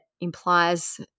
implies